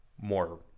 more